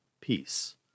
peace